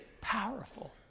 powerful